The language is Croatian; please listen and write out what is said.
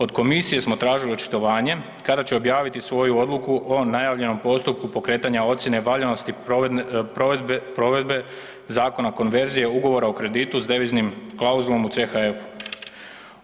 Od komisije smo tražili očitovanje kada će objaviti svoju odluku o najavljenom postupku pokretanja ocjene valjanosti provedbe Zakona o konverziji ugovora o kreditu s deviznom klauzulom u CHF-u.